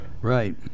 Right